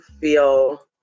feel